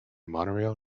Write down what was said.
monorail